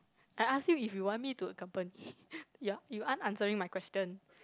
I ask him if you want me to accompany ya you aren't answering my question